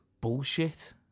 bullshit